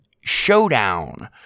Showdown